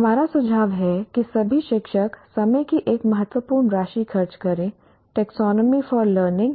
हमारा सुझाव है कि सभी शिक्षक समय की एक महत्वपूर्ण राशि खर्च करें टैक्सोनॉमी फॉर लर्निंग